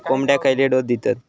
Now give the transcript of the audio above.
कोंबड्यांक खयले डोस दितत?